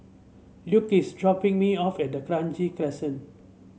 Luke is dropping me off at Kranji Crescent